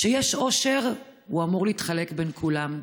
כשיש עושר, הוא אמור להתחלק בין כולם,